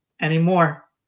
anymore